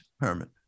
Herman